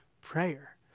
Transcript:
prayer